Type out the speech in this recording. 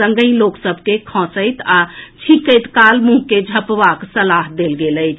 संगहि लोक सभ के खांसैत आ छींकैत काल मुंह के झंपबाक सलाह देल गेल अछि